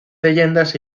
leyendas